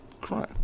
crime